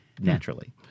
naturally